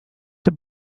the